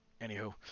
Anywho